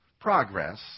progress